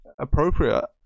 appropriate